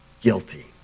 guilty